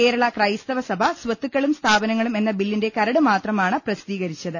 കേരള ക്രൈസ്തവസഭ സ്ഥത്തുക്കളും സ്ഥാപനങ്ങളും എന്ന ബില്ലിന്റുകരട് മാത്രമാണ് പ്രസിദ്ധീകരിച്ചത്